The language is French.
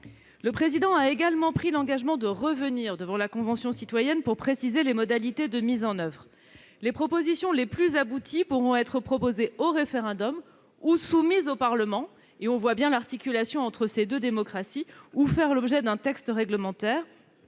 République a également pris l'engagement de revenir devant la Convention citoyenne pour préciser les modalités de mise en oeuvre. Les propositions les plus abouties pourront être soumises au référendum ou au Parlement- on voit bien là l'articulation entre ces deux formes de démocratie -ou faire l'objet d'un texte réglementaire.